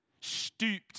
stooped